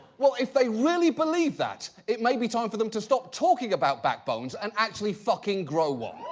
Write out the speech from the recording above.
well, if they really believe that, it may be time for them to stop talking about backbones and actually fucking grow one.